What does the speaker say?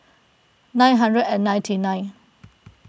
nine hundred and ninety nine